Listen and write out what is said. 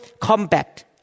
combat